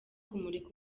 kumurika